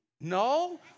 No